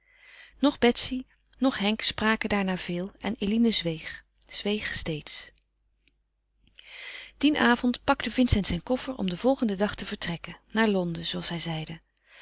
noch betsy noch henk spraken daarna veel en eline zweeg zweeg steeds dien avond pakte vincent zijn koffer om den volgenden dag te vertrekken naar londen zooals hij zeide